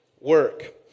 work